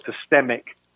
systemic